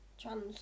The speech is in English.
trans